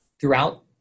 throughout